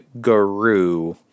guru